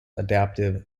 adaptive